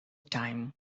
time